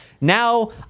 Now